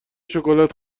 شکلات